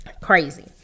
Crazy